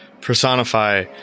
personify